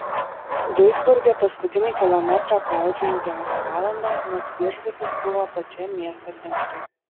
duisburge paskutinį kilometrą klaidžiojau gerą valandą nes viešbutis buvo pačiam miesto centre